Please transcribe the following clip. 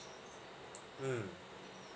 mm